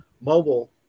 mobile